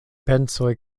pensoj